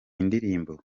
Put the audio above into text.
indirimbo